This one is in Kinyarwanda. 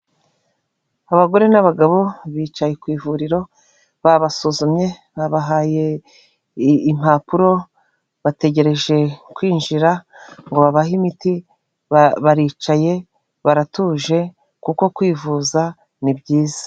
Abagore n'abagabo bicaye ku ivuriro babasuzumye babahaye impapuro bategereje kwinjira ngo babahe imiti baricaye baratuje kuko kwivuza ni byiza.